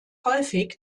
häufig